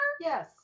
Yes